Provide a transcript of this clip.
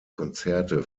konzerte